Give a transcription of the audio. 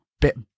bit